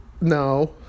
No